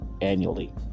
annually